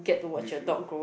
brief you